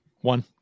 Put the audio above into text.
One